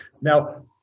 Now